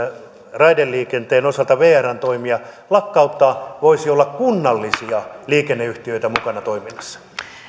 raideliikenteen osalta vrn toimia lakkauttaa voisi olla kunnallisia liikenneyhtiöitä mukana toiminnassa